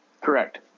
Correct